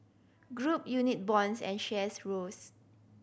group unit bonds and shares rose